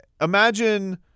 imagine